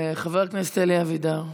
חבר הכנסת אלי אבידר.